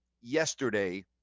yesterday